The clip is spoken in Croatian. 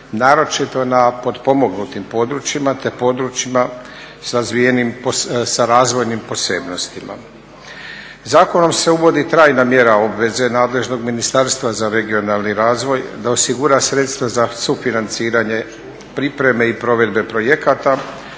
naročito na potpomognutim područjima te područjima s razvojnim posebnostima. Zakonom se uvodi trajna mjera obveze nadležnog Ministarstva za regionalni razvoj, da osigura sredstva za sufinanciranje pripreme i provedbe projekata